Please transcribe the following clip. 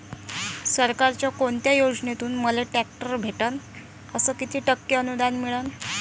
सरकारच्या कोनत्या योजनेतून मले ट्रॅक्टर भेटन अस किती टक्के अनुदान मिळन?